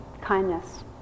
kindness